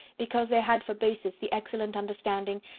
because they had for basis the excellent understanding,